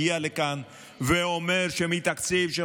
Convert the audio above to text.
היה ראוי שהיית מגיע לכאן ואומר שמתקציב של